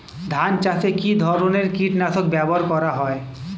ধান চাষে কী ধরনের কীট নাশক ব্যাবহার করা হয়?